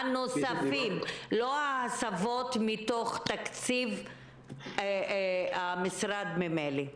הנוספים, לא ההסבות מתוך תקציב המשרד ממילא.